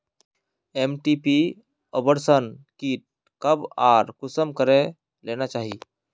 MTP abortion kit कब आर कुंसम करे लेना चही?